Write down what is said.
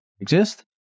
exist